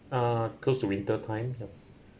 ah close to winter time yup